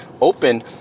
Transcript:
open